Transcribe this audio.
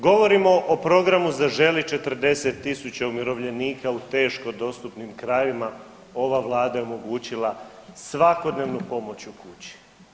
Govorimo o programu Zaželi, 40.000 umirovljenika u teško dostupnim krajevima ova vlada je omogućila svakodnevnu pomoć u kući.